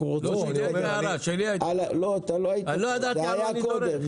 אני אומר --- אני לא ידעתי על מה אני דורך.